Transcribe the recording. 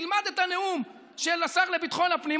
תלמד את הנאום של השר לביטחון הפנים,